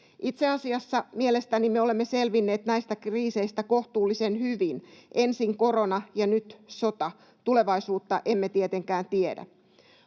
Itse asiassa mielestäni me olemme selvinneet näistä kriiseistä kohtuullisen hyvin: ensin korona, ja nyt sota. Tulevaisuutta emme tietenkään tiedä.